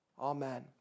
Amen